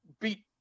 beat